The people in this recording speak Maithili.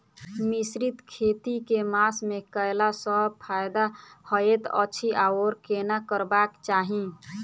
मिश्रित खेती केँ मास मे कैला सँ फायदा हएत अछि आओर केना करबाक चाहि?